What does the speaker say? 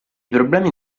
problemi